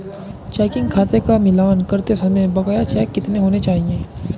Checking खाते का मिलान करते समय बकाया चेक कितने होने चाहिए?